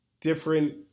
different